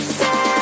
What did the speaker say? say